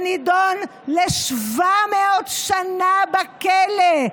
שנידון ל-700 שנה בכלא,